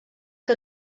que